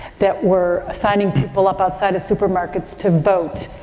that were signing people up outside of supermarkets to vote.